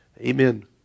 Amen